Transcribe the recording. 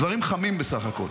דברים חמים בסך הכול.